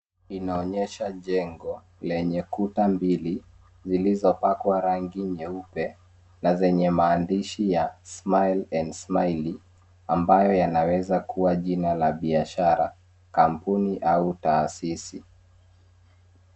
Inaonyesha jengo lenye kuta mbili zilizopakwa rangi nyeupe na zenye maandishi ya smile and smiley ambayo yanaweza kuwa jina la biashara kampuni au taasisi